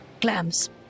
clams